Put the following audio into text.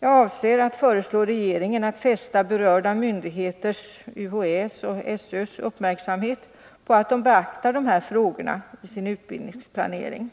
Jag avser att föreslå regeringen att fästa berörda myndigheters — UHÄ och SÖ - uppmärksamhet på att dessa frågor beaktas i utbildningsplaneringen.